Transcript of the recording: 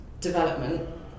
development